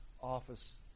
office